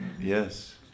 Yes